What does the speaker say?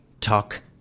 talk